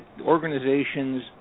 organizations